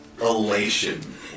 elation